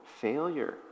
failure